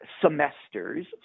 semesters